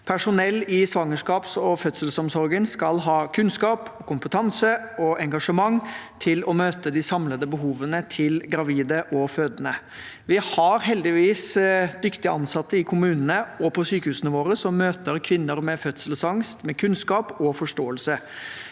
Voteringer 2024 gerskaps- og fødselsomsorgen skal ha kunnskap, kompetanse og engasjement til å møte de samlede behovene til gravide og fødende. Vi har heldigvis dyktige ansatte i kommunene og på sykehusene våre som møter kvinner med fødselsangst med kunnskap og forståelse.